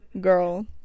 girl